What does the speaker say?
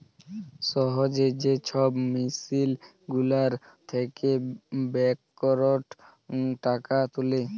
সহজে যে ছব মেসিল গুলার থ্যাকে ব্যাংকটর টাকা তুলে